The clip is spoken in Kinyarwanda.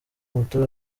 moto